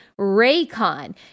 Raycon